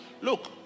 look